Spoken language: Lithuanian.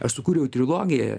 aš sukūriau trilogiją